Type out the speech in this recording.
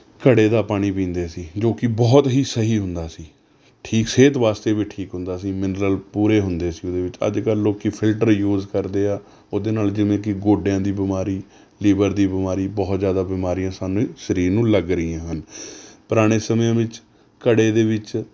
ਘੜੇ ਦਾ ਪਾਣੀ ਪੀਂਦੇ ਸੀ ਜੋ ਕਿ ਬਹੁਤ ਹੀ ਸਹੀ ਹੁੰਦਾ ਸੀ ਠੀਕ ਸਿਹਤ ਵਾਸਤੇ ਵੀ ਠੀਕ ਹੁੰਦਾ ਸੀ ਮਿਨਰਲ ਪੂਰੇ ਹੁੰਦੇ ਸੀ ਓਹਦੇ ਵਿੱਚ ਅੱਜ ਕੱਲ ਲੋਕ ਫਿਲਟਰ ਯੂਸ ਕਰਦੇ ਆ ਉਹਦੇ ਨਾਲ ਜਿਵੇਂ ਕਿ ਗੋਡਿਆਂ ਦੀ ਬਿਮਾਰੀ ਲੀਵਰ ਦੀ ਬਿਮਾਰੀ ਬਹੁਤ ਜ਼ਿਆਦਾ ਬਿਮਾਰੀਆਂ ਸਾਨੂੰ ਹੀ ਸਰੀਰ ਨੂੰ ਲੱਗ ਰਹੀਆਂ ਹਨ ਪੁਰਾਣੇ ਸਮਿਆਂ ਵਿੱਚ ਘੜੇ ਦੇ ਵਿੱਚ